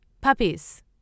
puppies